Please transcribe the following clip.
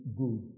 good